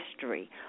history